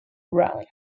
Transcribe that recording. round